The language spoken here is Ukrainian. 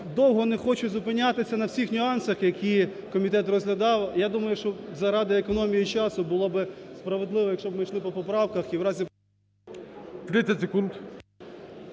довго не хочу зупинятися на всіх нюансах, які комітет розглядав. Я думаю, що заради економії часу було б справедливо, якщо б ми йшли по поправках